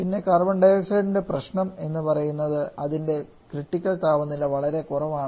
പിന്നെ കാർബൺഡയോക്സൈഡ് ൻറെ പ്രശ്നം എന്ന് പറയുന്നത് അതിൻറെ ക്രിട്ടിക്കൽ താപനില വളരെ കുറവാണ്